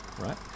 right